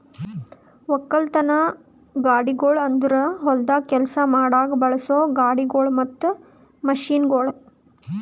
ಒಕ್ಕಲತನದ ಗಾಡಿಗೊಳ್ ಅಂದುರ್ ಹೊಲ್ದಾಗ್ ಕೆಲಸ ಮಾಡಾಗ್ ಬಳಸೋ ಗಾಡಿಗೊಳ್ ಮತ್ತ ಮಷೀನ್ಗೊಳ್